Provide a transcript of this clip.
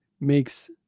makes